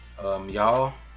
Y'all